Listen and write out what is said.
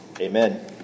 Amen